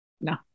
No